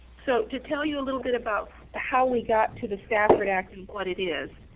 so, to tell you a little bit about how we got to the stafford act and what it is,